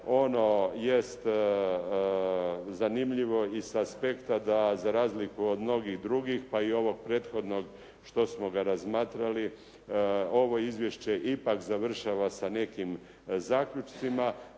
ono jest zanimljivo i sa aspekta da za razliku od mnogih drugih, pa i ovog prethodnog što smo ga razmatrali ovo izvješće ipak završava sa nekim zaključcima,